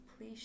please